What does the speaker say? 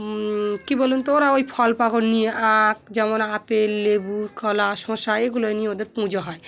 কী বলুন তো ওরা ওই ফল পাকড় নিয়ে আঁখ যেমন আপেল লেবু কলা শশা এগুলোই নিয়ে ওদের পুজো হয়